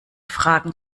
fragen